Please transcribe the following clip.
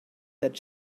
that